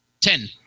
ten